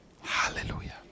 Hallelujah